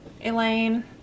Elaine